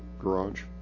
garage